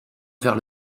vers